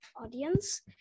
audience